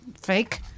fake